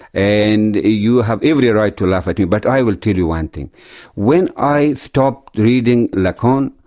and you have every right to laugh at me, but i will tell you one thing when i stopped reading lacan,